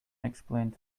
explained